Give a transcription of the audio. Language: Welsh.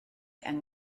yng